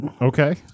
Okay